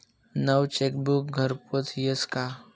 नवं चेकबुक घरपोच यस का?